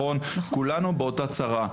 כולנו באותה צרה.